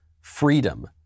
freedom